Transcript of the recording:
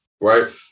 Right